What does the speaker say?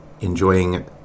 enjoying